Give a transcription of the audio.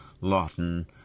Lawton